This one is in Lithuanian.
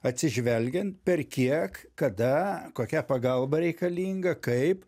atsižvelgiant per kiek kada kokia pagalba reikalinga kaip